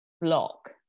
block